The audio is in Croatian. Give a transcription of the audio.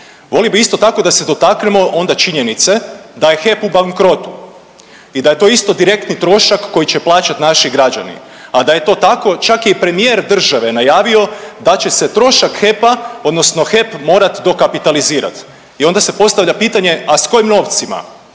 Volio bi isto tako da se dotaknemo onda činjenice da je HEP u bankrotu i da je to isto direktni trošak koji će plaćat naši građani, a da je to tako čak je i premijer države najavio da će se trošak HEP-a odnosno HEP morat dokapitalizirat i onda se postavlja pitanje a s kojim novcima,